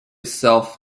self